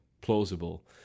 plausible